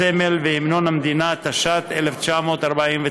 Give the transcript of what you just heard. הסמל והמנון המדינה, התש"ט 1949,